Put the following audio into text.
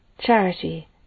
charity